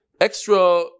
extra